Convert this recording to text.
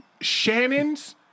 Shannon's